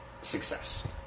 success